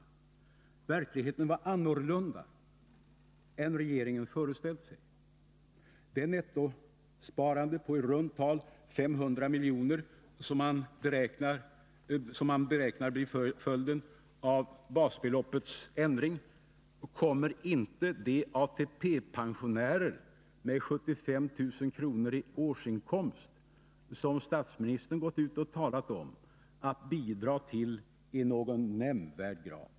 Verkligheten var annorlunda än regeringen föreställt sig. Det nettosparande på i runt tal 500 milj.kr. som man beräknar bli följden av basbeloppets ändring kommer inte de ATP-pensionärer med 75 000 kr. i årsinkomst, som statsministern gått ut och talat om, att bidra till i någon nämnvärd grad.